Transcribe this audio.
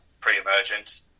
pre-emergent